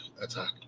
attack